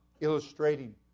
illustrating